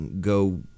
go